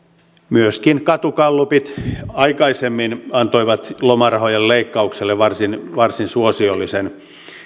myöskin katugallupit aikaisemmin antoivat lomarahojen leikkaukselle varsin suosiollisen